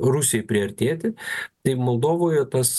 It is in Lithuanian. rusijai priartėti tai moldovoje tas